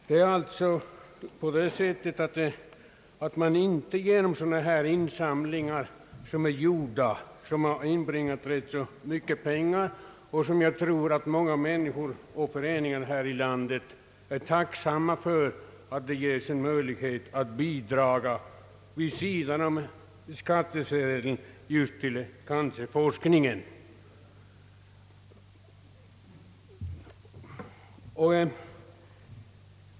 Man kan ju inte i längden klara sig med sådana här insamlingar, även om de inbringat rätt så mycket pengar och även om säkerligen många människor och föreningar här i landet är tacksamma för att därigenom få en möjlighet att bidraga vid sidan om skattemedlen.